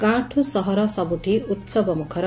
ଗାଁଠୁ ସହର ସବୁଠି ଉହବମୁଖର